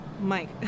Mike